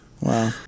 Wow